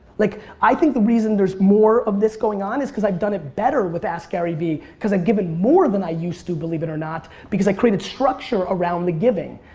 like i think the reason there's more of this going on is because i've done it better with askgaryvee cause i've given more than i used to, believe it or not, because i created structure around the giving.